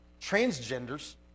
transgenders